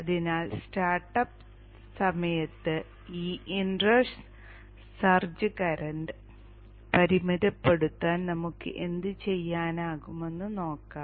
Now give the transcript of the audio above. അതിനാൽ സ്റ്റാർട്ടപ്പ് സമയത്ത് ഈ ഇൻ റഷ് സർജ് കറന്റ് പരിമിതപ്പെടുത്താൻ നമുക്ക് എന്തുചെയ്യാനാകുമെന്ന് നോക്കാം